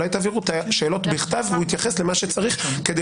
אז אולי תעבירו את השאלות בכתב והוא יתייחס למה שצריך כדי